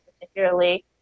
particularly